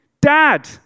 Dad